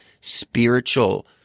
spiritual